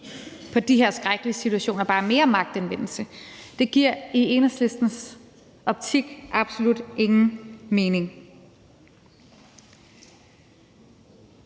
på de her skrækkelige situationer bare er mere magtanvendelse. Det giver i Enhedslistens optik absolut ingen mening.